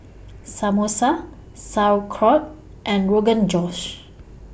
Samosa Sauerkraut and Rogan Josh